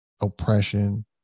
oppression